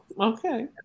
Okay